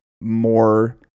more